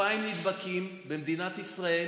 2,000 נדבקים במדינת ישראל